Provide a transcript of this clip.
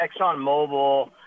ExxonMobil